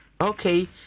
okay